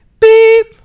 Beep